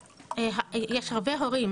יש הרבה הורים